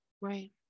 right